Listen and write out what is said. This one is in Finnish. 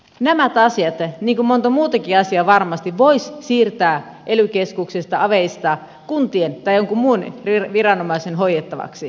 nämä asiat niin kuin monta muutakin asiaa varmasti voisi siirtää ely keskuksista aveista kuntien tai jonkun muun viranomaisen hoidettavaksi